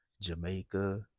Jamaica